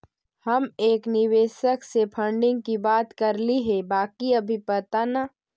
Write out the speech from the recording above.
हम एक निवेशक से फंडिंग की बात करली हे बाकी अभी कुछ पता न